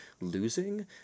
losing